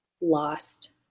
lost